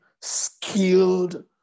skilled